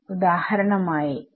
ഉദാഹരണം ആയി